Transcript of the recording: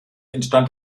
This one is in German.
entstand